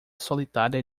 solitária